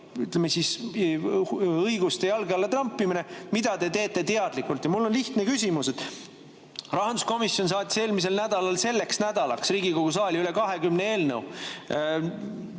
ütleme siis, õiguste jalge alla trampimine, mida te teete teadlikult. Ja mul on lihtne küsimus. Rahanduskomisjon saatis eelmisel nädalal selleks nädalaks Riigikogu saali üle 20 eelnõu.